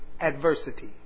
adversity